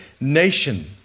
nation